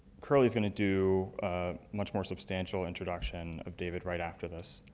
curlee is going to do a much more substantial introduction of david right after this.